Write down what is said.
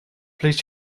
please